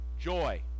joy